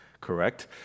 correct